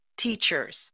teachers